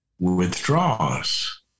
withdraws